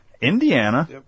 Indiana